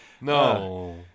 No